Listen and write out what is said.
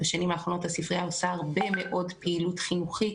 בשנים האחרונות הספרייה עושה הרבה מאוד פעילות חינוכית,